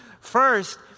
First